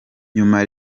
nyuma